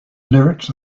lyrics